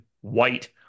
White